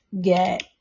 get